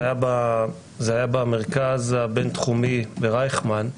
זה היה במרכז הבינתחומי ברייכמן.